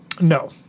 No